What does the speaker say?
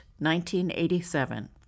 1987